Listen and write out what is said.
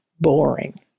boring